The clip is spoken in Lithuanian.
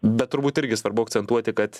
bet turbūt irgi svarbu akcentuoti kad